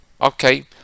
okay